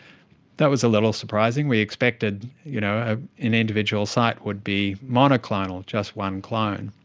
that was a little surprising. we expected you know ah an individual site would be monoclonal, just one clone.